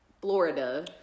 Florida